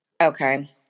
Okay